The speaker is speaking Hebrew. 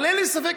אבל אין לי ספק,